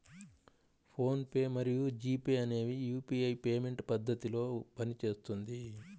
phone pay మరియు G Pay అనేవి UPI payment పద్ధతిలో పనిచేస్తుంది